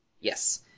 Yes